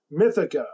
Mythica